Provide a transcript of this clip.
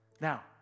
Now